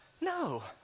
no